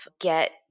get